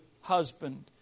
husband